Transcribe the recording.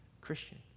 Christian